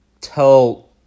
Tell